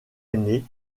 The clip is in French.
année